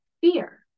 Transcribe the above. fear